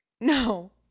No